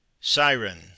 Siren